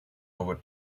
over